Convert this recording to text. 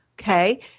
okay